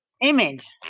Image